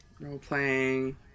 role-playing